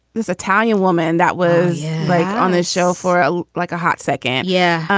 this italian woman that was like on this show for ah like a hot second. yeah.